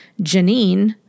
Janine